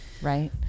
Right